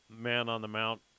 man-on-the-mount